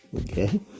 okay